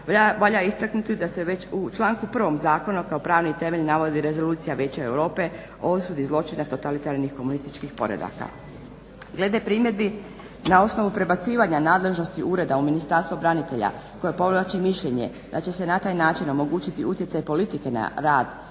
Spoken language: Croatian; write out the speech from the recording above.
valja istaknuti da se već u članku prvom zakona kao pravni temelj navodi Rezolucija Vijeća Europe o osudi zločina totalitarnih komunističkih poredaka. Glede primjedbi na osnovu prebacivanja nadležnosti ureda u Ministarstvo branitelja koja povlači mišljenje da će se na taj način omogućiti utjecaj politike na rad